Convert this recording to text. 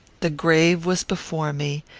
the grave was before me,